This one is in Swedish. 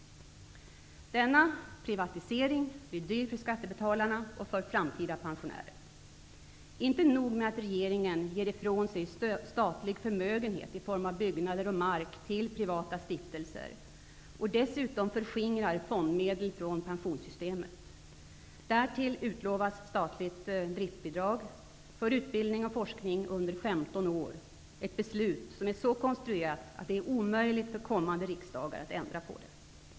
Denna privatisering blir dyr för skattebetalare och framtida pensionärer. Det är inte nog att regeringen ger ifrån sig statlig förmögenhet i form av byggnader och mark till privata stiftelser och dessutom förskingrar fondmedel från pensionssystemet. Därtill utlovas statligt driftbidrag för utbildning och forskning under 15 år, ett beslut som är så konstruerat att det är en omöjlighet för kommande riksdagar att ändra på.